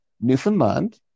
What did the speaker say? Newfoundland